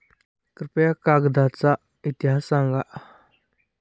कृपया कागदाचा इतिहास सांगा